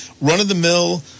run-of-the-mill